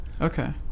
Okay